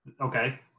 Okay